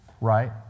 Right